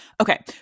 Okay